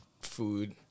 food